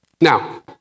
Now